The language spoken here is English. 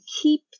keep